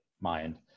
mind